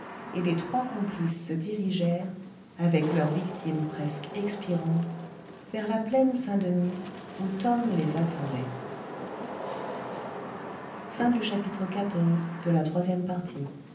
et les trois complices se dirigèrent avec leur victime presque expirante vers la plaine saint-denis où tom les attendait